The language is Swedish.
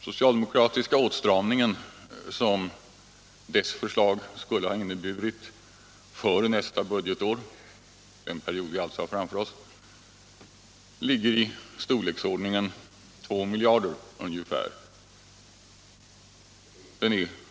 Den åtstramning som det socialdemokratiska förslaget skulle ha inneburit för nästa budgetår, den period vi alltså har framför oss, ligger i storleksordningen 2 miljarder.